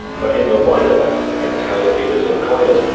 but in the wider battle against counterfeiters and coiners,